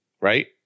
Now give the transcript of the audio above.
right